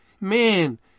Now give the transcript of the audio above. Man